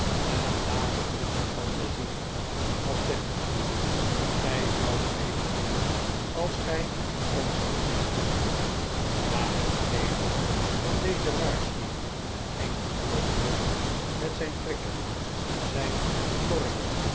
en laten onze tanden zien dat zeg ik u gij zoudt beter doen als gij ons te vriend hieldt na het geven van deze waarschuwing ging chollop wegrmet zijn prikker zijn torner